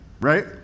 Right